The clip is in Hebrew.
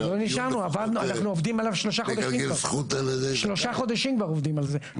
אנחנו עובדים עליו שלושה חודשים פה,